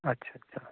ਅੱਛਾ ਅੱਛਾ